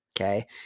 Okay